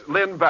Lynn